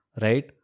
Right